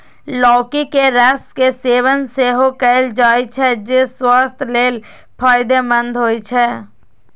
लौकी के रस के सेवन सेहो कैल जाइ छै, जे स्वास्थ्य लेल फायदेमंद होइ छै